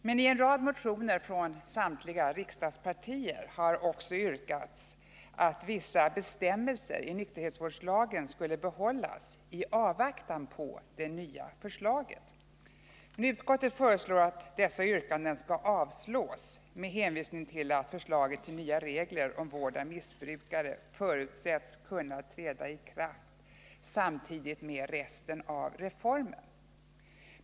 Men i en rad motioner från samtliga riksdagspartier har också yrkats att vissa bestämmelser i nykterhetsvårdslagen skulle behållas i avvaktan på det nya förslaget. Utskottet föreslår att dessa yrkanden skall avslås med hänvisning till att förslaget till nya regler om vård av missbrukare förutsätts kunna träda i kraft samtidigt med resten av reformen.